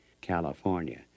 California